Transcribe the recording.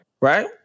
Right